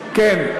כן.